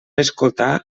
escoltar